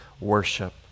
worship